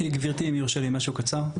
גברתי, אם יורשה לי, משהו קצר?